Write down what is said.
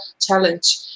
challenge